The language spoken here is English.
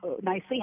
nicely